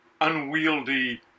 unwieldy